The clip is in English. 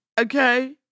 Okay